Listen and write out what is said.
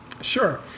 Sure